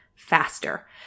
faster